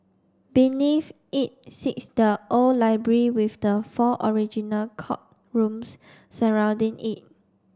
beneath it sits the old library with the four original courtrooms surrounding it